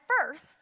first